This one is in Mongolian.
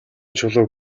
чулууг